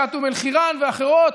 בפרשיית אום אל-חיראן ואחרות.